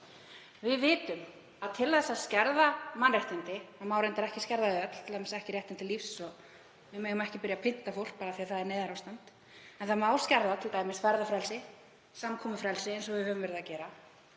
Við vitum að til þess að skerða mannréttindi — það má reyndar ekki skerða þau öll, t.d. ekki réttinn til lífs og við megum ekki byrja að pynda fólk bara af því að það er neyðarástand, en það má skerða t.d. ferðafrelsi og samkomufrelsi eins og við höfum verið að gera